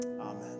Amen